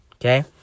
Okay